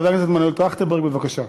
חבר הכנסת מנואל טרכטנברג, בבקשה.